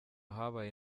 habaye